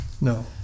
no